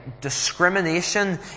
discrimination